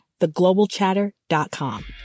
theglobalchatter.com